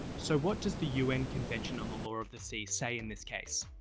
so, what does the un convention on the law of the sea say in this case?